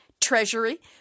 Treasury